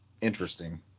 interesting